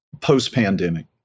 post-pandemic